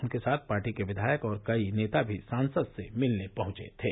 उनके साथ पार्टी के विधायक और कई नेता भी सांसद से मिलने पहुंचे थे